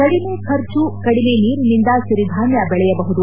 ಕಡಿಮೆ ಖರ್ಚು ಕಡಿಮೆ ನೀರಿನಿಂದ ಸಿರಿಧಾನ್ಯ ಬೆಳೆಯಬಹುದು